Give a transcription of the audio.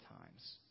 times